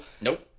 Nope